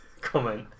comment